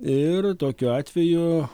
ir tokiu atveju